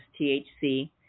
THC